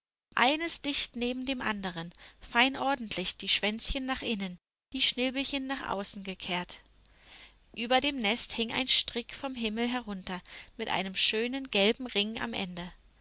eines dicht neben dem anderen fein ordentlich die schwänzchen nach innen die schnäbelchen nach außen gekehrt über dem nest hing ein strick vom himmel herunter mit einem schönen gelben ring am ende